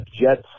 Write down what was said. Jets